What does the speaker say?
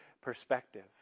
perspective